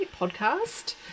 podcast